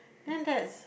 then that's